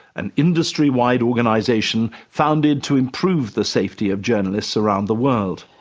an industry-wide organisation founded to improve the safety of journalists around the world.